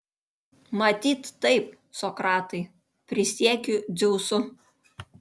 matyt taip sokratai prisiekiu dzeusu